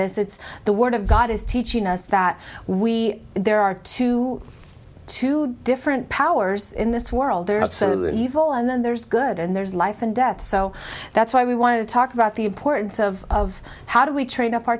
this it's the word of god is teaching us that we there are two two different powers in this world there are so evil and then there's good and there's life and death so that's why we want to talk about the importance of how do we train up our